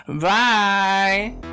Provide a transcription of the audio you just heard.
Bye